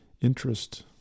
interest